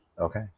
okay